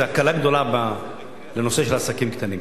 זו הקלה גדולה לנושא של עסקים קטנים.